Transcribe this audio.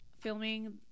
filming